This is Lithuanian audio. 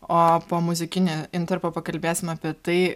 o po muzikinio intarpo pakalbėsim apie tai